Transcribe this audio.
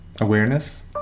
Awareness